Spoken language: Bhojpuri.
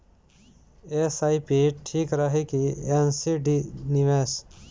एस.आई.पी ठीक रही कि एन.सी.डी निवेश?